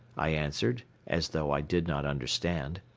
i answered, as though i did not understand.